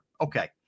Okay